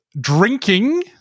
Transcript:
drinking